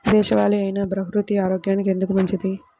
దేశవాలి అయినా బహ్రూతి ఆరోగ్యానికి ఎందుకు మంచిది?